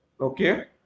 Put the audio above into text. okay